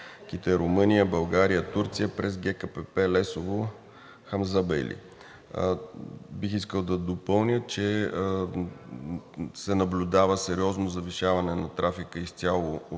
Румъния – България – Турция през ГКПП Лесово – Хамзабейли. Бих искал да допълня, че се наблюдава сериозно завишаване на трафика изцяло от